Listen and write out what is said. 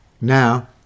Now